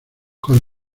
con